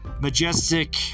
majestic